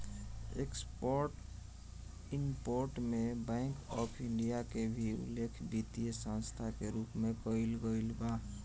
export import में bank of India के भी उल्लेख वित्तीय संस्था के रूप में कईल गईल बा